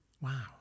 Wow